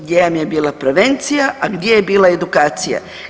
Gdje vam je bila prevencija, a gdje je bila edukacija?